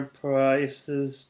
prices